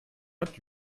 hat